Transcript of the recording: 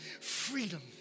freedom